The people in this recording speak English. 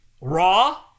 Raw